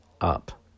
up